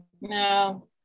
No